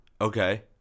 Okay